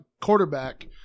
quarterback